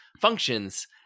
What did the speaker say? functions